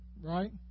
right